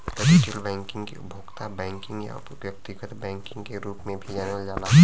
retail banking के उपभोक्ता banking या व्यक्तिगत बैंकिंग के रूप में भी जानल जाला